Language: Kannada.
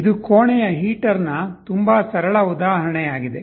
ಇದು ರೂಮ್ ಹೀಟರ್ ನ ತುಂಬಾ ಸರಳ ಉದಾಹರಣೆಯಾಗಿದೆ